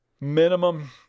minimum